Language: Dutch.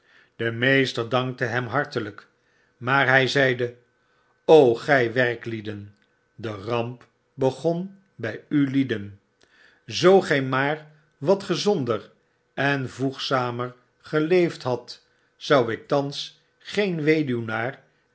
de meester dankte hem hartelyk maar hy zeide gij werklieden de ramp begon by ulieden zoo gy maar wat gezonder en voegzamer geleefd hadt zou ik thans geen weduwnaar